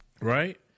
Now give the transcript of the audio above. right